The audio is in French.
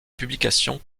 publication